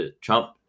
Trump